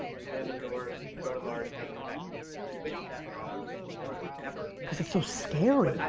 you slam the doors, you go to mars, you never come back, you you wish that on no one, ever. cause it's so scary.